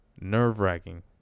nerve-wracking